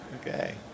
Okay